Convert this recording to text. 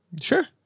Sure